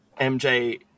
MJ